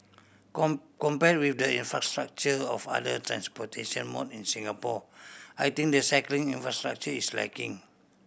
compare with the infrastructure of other transportation mode in Singapore I think the cycling infrastructure is lacking